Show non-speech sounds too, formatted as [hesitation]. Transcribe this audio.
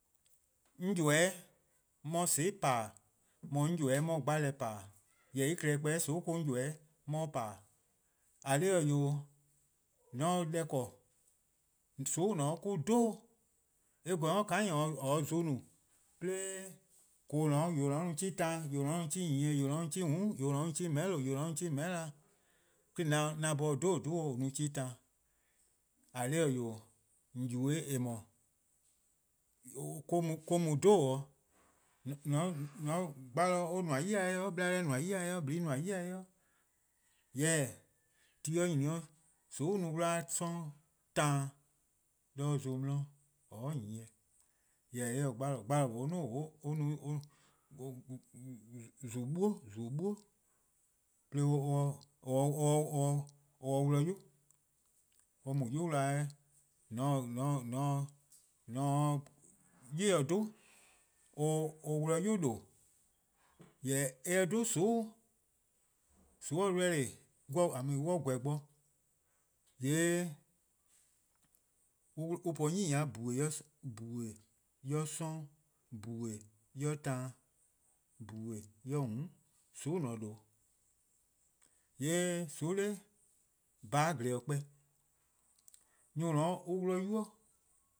'On ybeh-dih-: 'on 'ye :soon'+ :pa-dih:, de mor 'on ybeh-dih-' 'on 'ye 'gbalor :pa-dih. Jorwor: en-' klekpeh :soon' mo-: 'on ybeh-dih-' 'on 'ye :pa-dih. :eh :korn dhih-eh 'wee', :mor :on se deh 'ble, :soon :dao mo-: 'dhu, :eh gweh-a :ka nyor [hesitation] :or se-a zon no, 'de :koo: :yuh :ne-a 'o an no 'chuh+ taan, :yuh :ne-a 'o an no 'chuh+ nyieh, :yuh :ne-a 'o an no 'chuh+ :mm', :yuh :ne-a 'o an no 'chuh+ :meheh'lo:, :yuh :ne-a an no 'chuh+ :meheh'na, 'de :on 'da 'an 'bhorn 'dhobo:dho' :or no-a 'chuh+ taan, :eh :kor dhih-eh 'wee', :on yubo-eh :eh :mor [hesitation] or-: mu 'dhobo-'. [hesitation] 'gbalor nmor-: 'yi, 'blea' nmor-: 'yi, :blii' nmor-: 'yi, jorwor: :mor ti nyni 'o :soon'-a no :gbano: :za-a 'sororn' 'de zon 'di, :or nyieh, jorwor: eh :se 'gbalor:, 'gbalor :mlor [hesitation] or no zon-duo: 'weh 'de [hesitation] or 'wluh 'yu. O r mu 'yu 'wluh 'da-a 'jeh :mor [hesitation] :on se 'o 'yli-eh 'dhu [hesitation] or 'wluh 'yu :due'. Jorwor: :mor eh 'dhu :soon' [hesitation] :mor on ku deh 'jeh, :yee' [hesitation] an po gehn+-a [hesitation] :bhue' yor 'sororn, :bhue' yor taan, :bhue' yor :mm' :soon ön :ne-a :due'. :yee' :soon 'de bhaan gleh-dih 'kpor+. Nyor+ :ne-a 'o on 'wluh 'nynnuu: